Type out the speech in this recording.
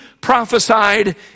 prophesied